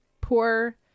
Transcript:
poor